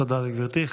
תודה לגברתי.